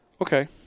Okay